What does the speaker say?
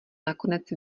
nakonec